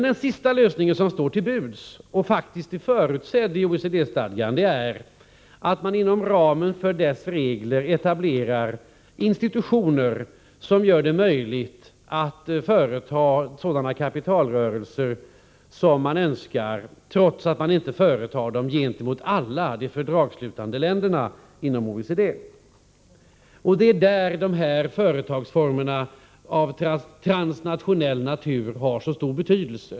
Den sista lösning som står till buds och som faktiskt är förutsedd i OECD-stadgan är att man inom ramen för dessa regler etablerar institutioner som gör det möjligt att företa sådana kapitalrörelser som man önskar, trots att man inte företar dem gentemot alla de fördragsslutande länderna inom OECD. Det är här företagsformerna av transnationell natur har så stor betydelse.